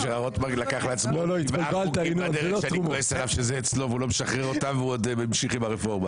רוטמן לקח לעצמו מעט חוקים והוא לא משחרר אותם והוא ממשיך עם הרפורמה.